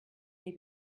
may